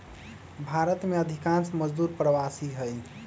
भारत में अधिकांश मजदूर प्रवासी हई